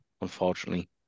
unfortunately